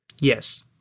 Yes